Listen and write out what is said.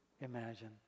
imagine